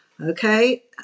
okay